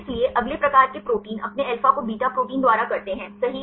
इसलिए अगले प्रकार के प्रोटीन अपने अल्फा को बीटा प्रोटीन द्वारा करते हैं सही